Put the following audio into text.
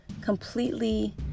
completely